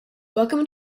welcome